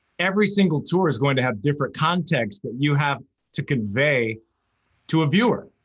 every single tour is going to have different context that you have to convey to a viewer.